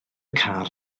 car